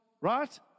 Right